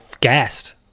gassed